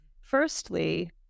Firstly